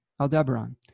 Aldebaran